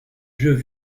jeux